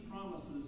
promises